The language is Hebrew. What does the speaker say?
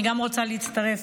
אני רוצה להצטרף